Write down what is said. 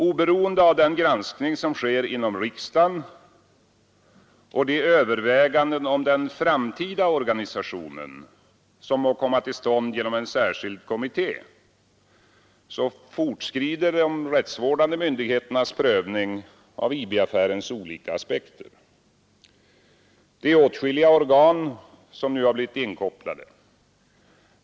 Oberoende av den granskning som sker inom riksdagen och de överväganden om den framtida organisationen som må komma till stånd genom en särskild kommitté, fortskrider de rättsvårdande myndigheternas prövning av IB-affärens olika aspekter. Det är åtskilliga organ som nu blivit inkopplade.